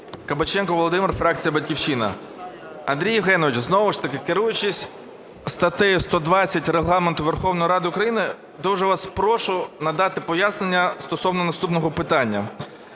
Кабаченко Володимир, фракція "Батьківщина". Андрій Євгенович, знову ж таки, керуючись статтею 120 Регламенту Верховної Ради України, дуже вас прошу надати пояснення стосовно наступного питання.